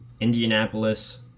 indianapolis